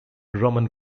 roman